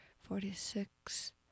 forty-six